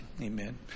amen